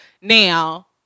Now